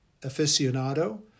aficionado